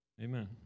Amen